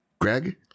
Greg